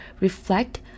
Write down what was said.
reflect